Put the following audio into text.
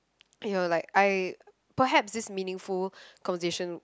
and you were like I perhaps this meaningful conversation